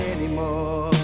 Anymore